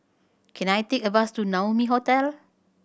can I take a bus to Naumi Hotel